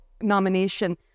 nomination